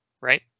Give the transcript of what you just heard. right